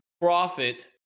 profit